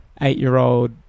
eight-year-old